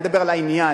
אני מדבר על העניין,